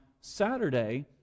Saturday